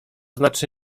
znaczy